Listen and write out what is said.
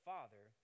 Father